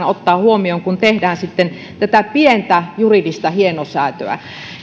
ottaa huomioon kun tehdään sitten tätä pientä juridista hienosäätöä